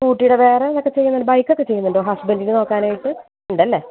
സ്കൂട്ടിയുടെ വേറെ എന്തൊക്കെ ചെയ്യുന്നുണ്ട് ബൈക്ക് ഒക്കെ ചെയ്യുന്നുണ്ടോ ഹസ്ബൻഡിന് നോക്കാനായിട്ട് ഉണ്ടല്ലേ